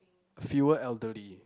fewer elderly